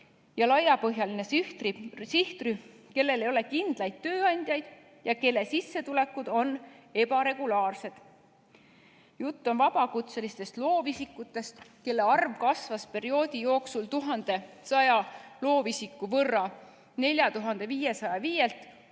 ja laiapõhjaline sihtrühm, kellel ei ole kindlaid tööandjaid ja kelle sissetulekud on ebaregulaarsed. Jutt on vabakutselistest loovisikutest, kelle arv kasvas perioodi jooksul 1100 võrra: 4505-lt